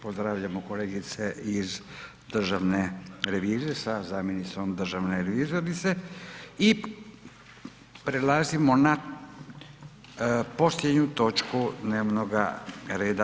Pozdravljamo kolegice iz Državne revizije sa zamjenicom državne revizorice i prelazimo na posljednju točku dnevnoga reda